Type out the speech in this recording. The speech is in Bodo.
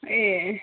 ए